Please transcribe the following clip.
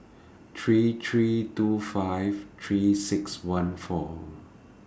three three two five three six one four